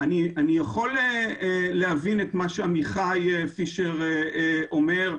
יכול להבין את מה שעמיחי פישר אמר.